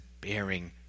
bearing